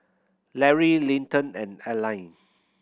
Lary Linton and Alline